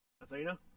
Athena